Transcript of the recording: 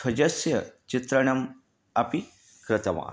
ध्वजस्य चित्रणम् अपि कृतवान्